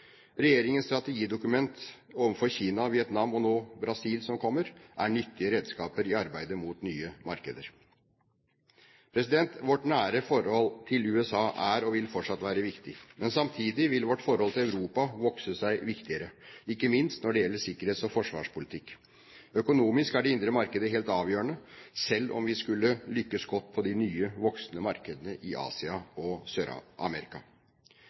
Regjeringens strategidokumenter overfor Kina, Vietnam og Brasil, som nå kommer, er nyttige redskaper i arbeidet mot nye markeder. Vårt nære forhold til USA er og vil fortsatt være viktig, men samtidig vil vårt forhold til Europa vokse seg viktigere, ikke minst når det gjelder sikkerhets- og forsvarspolitikk. Økonomisk er det indre markedet helt avgjørende, selv om vi skulle lykkes godt på de nye, voksende markedene i Asia og